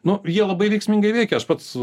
nu jie labai veiksmingai veikia aš pats